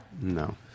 No